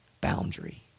boundary